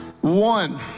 One